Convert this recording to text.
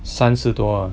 三十多 ah